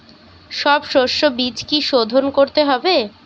সব শষ্যবীজ কি সোধন করতে হবে?